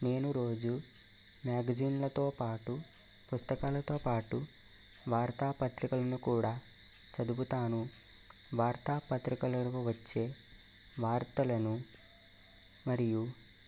నేను రోజు మ్యాగజైన్లతో పాటు పుస్తకాలతో పాటు వార్తాపత్రికలను కూడా చదువుతాను వార్తాపత్రికలలో వచ్చే వార్తలను మరియు